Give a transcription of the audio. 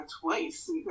twice